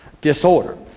disorder